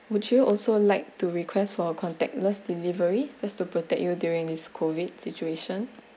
would you also like to request for a contacless delivery just to protect you during this COVID situation